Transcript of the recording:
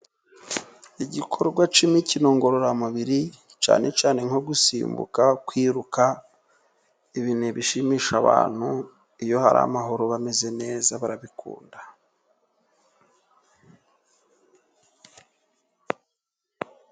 Igikorwa cy'imikino ngororamubiri cyane cyane nko gusimbuka, kwiruka, ibi ni ibishimisha abantu iyo hari amahoro, bameze neza, barabikunda.